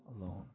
alone